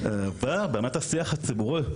ובאמת השיח הציבורי,